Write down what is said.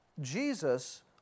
Jesus